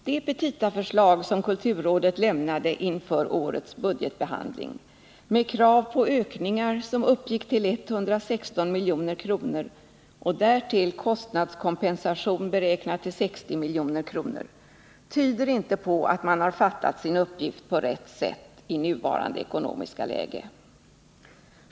Det petitaförslag som kulturrådet lämnade inför årets budget med krav på ökningar som uppgick till 116 milj.kr. och därtill kostnadskompensation beräknad till 60 milj.kr. tyder inte på att man fattat sin uppgift på rätt sätt i nuvarande ekonomiska läge.